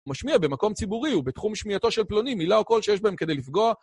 משמיע במקום ציבורי ובתחום שמיעתו של פלוני, מילה או קול שיש בהם כדי לפגוע.